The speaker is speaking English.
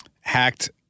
Hacked